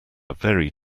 very